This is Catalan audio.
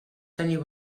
tenir